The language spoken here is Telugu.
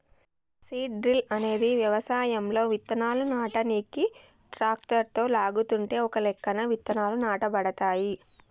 సీడ్ డ్రిల్ అనేది వ్యవసాయంలో విత్తనాలు నాటనీకి ట్రాక్టరుతో లాగుతుంటే ఒకలెక్కన విత్తనాలు నాటబడతాయి